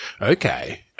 Okay